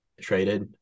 traded